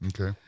Okay